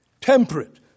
temperate